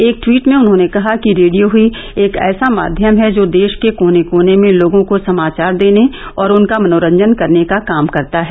एक ट्वीट में उन्होंने कहा कि रेडियो ही एक ऐसा माध्यम है जो देश के कोने कोने में लोगों को समाचार देने और उनका मनोरंजन करने का काम करता है